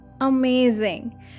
Amazing